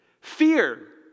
Fear